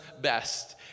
best